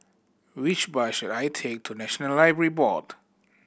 which bus should I take to National Library Board